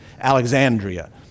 Alexandria